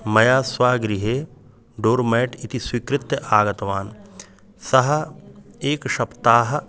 मया स्वगृहे doormat इति स्वीकृत्य आगतवान् सः एकसप्ताहः